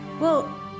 Well